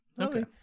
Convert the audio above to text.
Okay